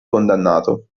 condannato